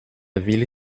ville